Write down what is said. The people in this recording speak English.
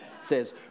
says